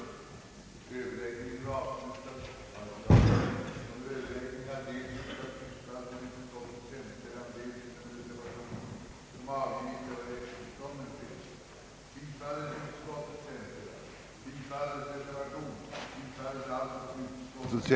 i främsta rummet borde inriktas på åstadkommandet av bärkraftiga och effektiva familjejordbruk.